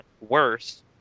worse